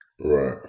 Right